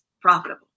profitable